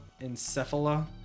Encephala